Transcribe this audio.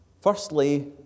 Firstly